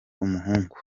umuhungu